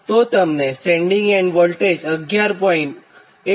તોતમને sending end voltage 11